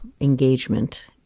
engagement